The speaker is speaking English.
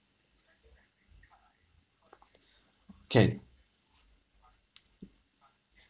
can